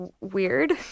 weird